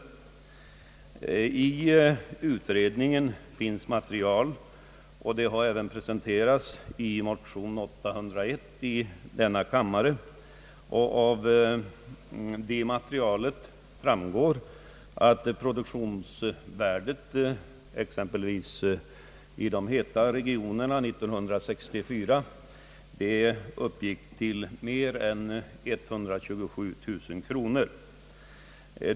Av utredningens material, som även presenterats i motion nr 801 i denna kammare, framgår att produktionsvärdet exempelvis i de »heta» regionerna år 1964 uppgick till mer än 127 000 kronor.